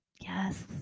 yes